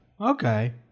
Okay